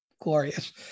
Glorious